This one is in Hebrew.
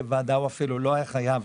כוועדה הוא אפילו לא היה חייב.